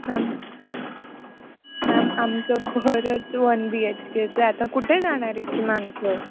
ma'am ma'am आमचं घरच one B H केचं आता कुठे जाणार इतकी माणसं